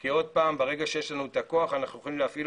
כי עוד פעם ברגע שיש לנו את הכוח אנחנו יכולים להפעיל